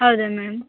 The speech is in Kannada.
ಹೌದಾ ಮೇಡಮ್